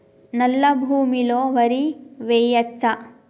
నల్లా భూమి లో వరి వేయచ్చా?